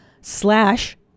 slash